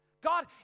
God